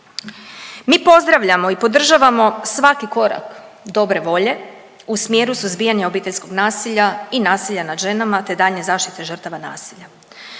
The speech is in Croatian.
Mi pozdravljamo i podržavamo svaki korak dobre volje u smjeru suzbijanja obiteljskog nasilja i nasilja nad ženama, te daljnje zaštite žrtava nasilja.